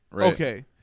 Okay